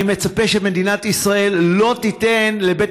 אני מצפה שמדינת ישראל לא תיתן לבית